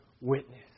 witness